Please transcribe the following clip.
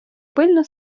пильно